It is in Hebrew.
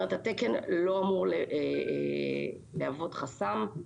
זאת אומרת, התקן לא אמור להוות חסם.